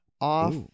off